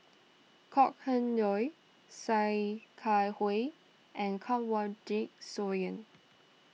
Kok Heng Leun Sia Kah Hui and Kanwaljit Soin